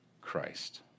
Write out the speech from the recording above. Christ